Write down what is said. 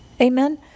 amen